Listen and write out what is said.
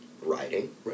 writing